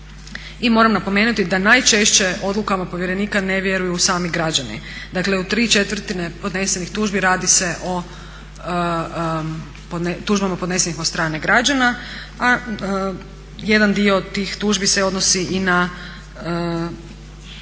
i moram napomenuti da najčešće odlukama povjerenika ne vjeruju sami građani. Dakle u tri četvrtine ponesenih tužbi radi se o tužbama podnesenim od strane građana. A jedan dio tih tužbi se odnosi i na